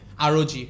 ROG